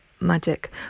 magic